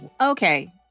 Okay